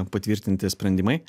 patvirtinti sprendimai